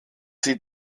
sie